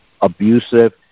abusive